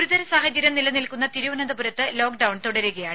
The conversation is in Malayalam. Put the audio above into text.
ഗുരുതര സാഹചര്യം നിലനിൽക്കുന്ന തിരുവനന്തപുരത്ത് ലോക്ക്ഡൌൺ തുടരുകയാണ്